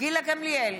גילה גמליאל,